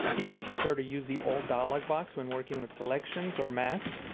if you prefer to use the old dialogue box when working with selections or masks,